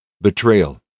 betrayal